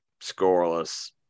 scoreless